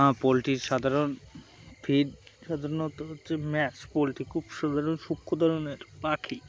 পোলট্রির সাধারণ ফিড সাধারণত হচ্ছে ম্যাচ পোলট্রি খুব সাধারণ সূক্ষ্ম ধরনের পাখি